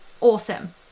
Awesome